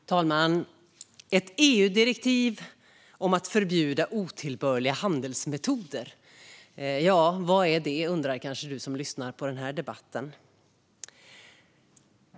Fru talman! Ett EU-direktiv om att förbjuda otillbörliga handelsmetoder - vad är det, undrar kanske du som lyssnar på den här debatten.